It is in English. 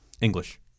English